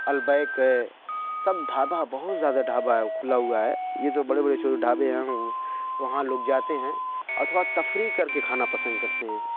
Albaik ہے سب ڈھابہ بہت زیادہ ڈھابہ ہے کُھلا ہُوا ہے یہ تو بڑے بڑے جو ڈھابے ہیں وہاں لوگ جاتے ہیں اور تھوڑا تفریح کر کے کھانا پسند کرتے ہیں